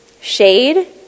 shade